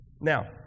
Now